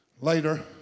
Later